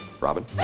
Robin